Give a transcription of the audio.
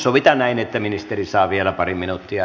sovitaan näin että ministeri saa vielä pari minuuttia